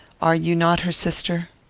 are you not her sister?